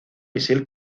misil